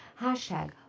Hashtag